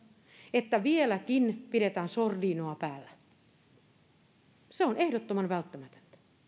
että vieläkin pidetään sordiinoa päällä se on ehdottoman välttämätöntä